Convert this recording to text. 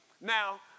Now